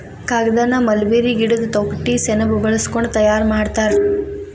ಕಾಗದಾನ ಮಲ್ಬೇರಿ ಗಿಡದ ತೊಗಟಿ ಸೆಣಬ ಬಳಸಕೊಂಡ ತಯಾರ ಮಾಡ್ತಾರ